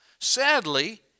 Sadly